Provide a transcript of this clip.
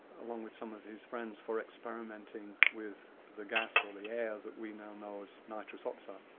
along with some of his friends, for experimenting with the gas or the air that we now know as nitrous oxide,